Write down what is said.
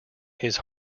his